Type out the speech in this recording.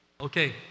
Okay